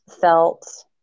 felt